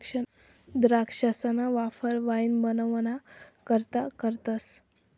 द्राक्षसना वापर वाईन बनवाना करता करतस